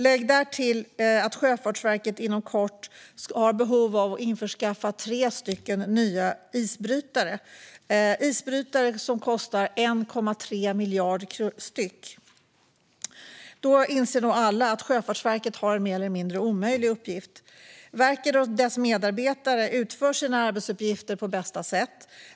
Lägg därtill att Sjöfartsverket inom kort har behov av att införskaffa tre nya isbrytare - en isbrytare kostar 1,3 miljarder kronor. Då inser nog alla att Sjöfartsverket har en mer eller mindre omöjlig uppgift. Verket och dess medarbetare utför sina arbetsuppgifter på bästa sätt.